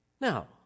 Now